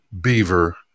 beaver